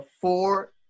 four